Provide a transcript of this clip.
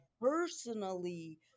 personally